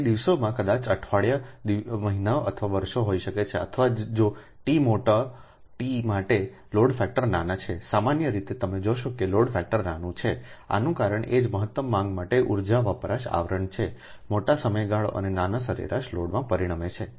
તે દિવસોમાં કદાચ અઠવાડિયા મહિનાઓ અથવા વર્ષોમાં હોઈ શકે છે અથવા જો ટી મોટા ટી માટે લોડ ફેક્ટર નાના છે સામાન્ય રીતે તમે જોશો કે લોડ ફેક્ટર નાનું છે આનું કારણ એ જ મહત્તમ માંગ માટે ઉર્જા વપરાશ આવરણ છે મોટો સમયગાળો અને નાના સરેરાશ લોડમાં પરિણમે છે